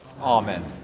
Amen